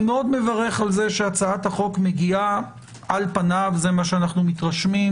אני מאוד מברך על זה שהצעת החוק מגיעה על פניו זה מה שאנו מתרשמים